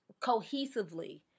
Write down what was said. cohesively